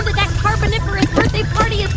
that carboniferous birthday party ah